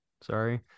Sorry